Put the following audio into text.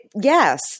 Yes